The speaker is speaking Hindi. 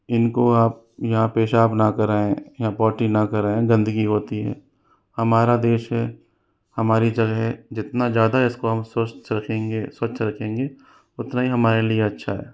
इनको आप यहाँ पेशाब न कराएँ यहाँ पॉटी न कराएँ गंदगी होती है हमारा देश है हमारी जगह जितना ज़्यादा इसको हम स्वस्थ रखेंगे स्वच्छ रखेंगे उतना ही हमारे लिए अच्छा है